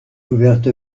ouverte